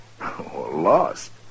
lost